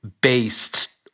based